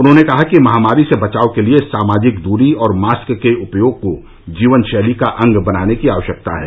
उन्होंने कहा कि महामारी से बचाव के लिए सामाजिक दूरी और मास्क के उपयोग को जीवनशैली का अंग बनाने की आवश्यकता है